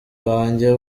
banjye